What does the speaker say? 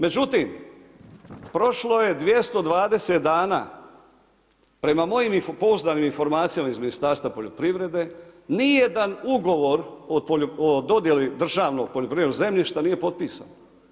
Međutim, prošlo je 220 dana prema mojim pouzdanim informacijama iz Ministarstva poljoprivrede ni jedan ugovor o dodjeli državnog poljoprivrednog zemljišta nije potpisan.